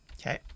okay